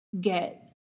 get